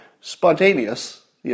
spontaneous